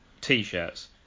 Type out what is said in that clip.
T-shirts